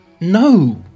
No